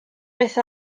beth